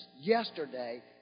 yesterday